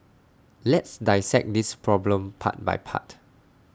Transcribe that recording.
let's dissect this problem part by part